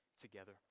together